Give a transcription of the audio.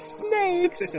snakes